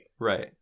Right